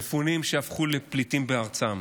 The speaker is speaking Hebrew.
מפונים שהפכו לפליטים בארצם,